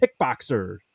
Kickboxer